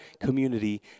community